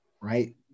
right